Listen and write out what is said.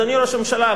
אדוני ראש הממשלה,